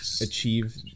achieve